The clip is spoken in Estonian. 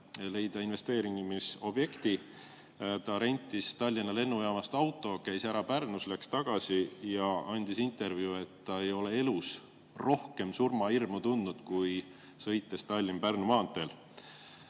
leida investeerimisobjekti. Ta rentis Tallinna lennujaamast auto, käis ära Pärnus, läks tagasi ja andis intervjuu, et ta ei ole elus rohkem surmahirmu tundnud, kui sõites Tallinna–Pärnu maanteel.